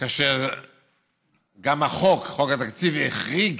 גם החוק, חוק התקציב, החריג